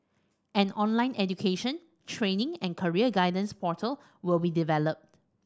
an online education training and career guidance portal will be developed